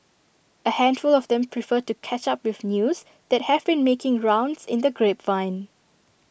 A handful of them prefer to catch up with news that have been making rounds in the grapevine